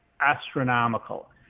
astronomical